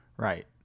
Right